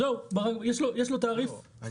יש לו תעריף --- לא,